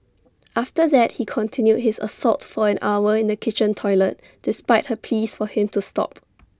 after that he continued his assault for an hour in the kitchen toilet despite her pleas for him to stop